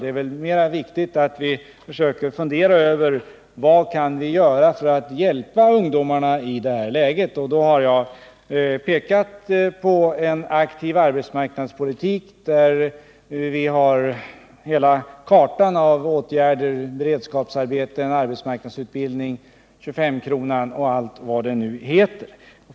Det är viktigare att vi försöker fundera över vad vi kan göra för att hjälpa ungdomarna i detta läge. Jag har pekat på en aktiv arbetsmarknadspolitik, där vi har hela kartan av åtgärder — beredskapsarbete, arbetsmarknadsutbildning, 25-kronan och allt vad det heter.